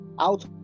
out